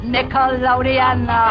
Nickelodeon